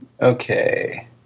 okay